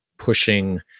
pushing